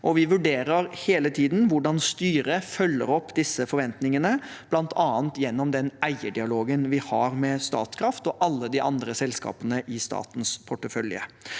Vi vurderer hele tiden hvordan styret følger opp disse forventningene, bl.a. gjennom den eierdialogen vi har med Statkraft og alle de andre selskapene i statens portefølje.